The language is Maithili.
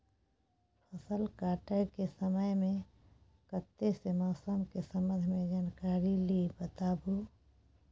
फसल काटय के समय मे कत्ते सॅ मौसम के संबंध मे जानकारी ली बताबू?